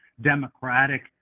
Democratic